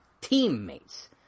teammates